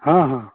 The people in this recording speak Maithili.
हँ हँ